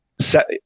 set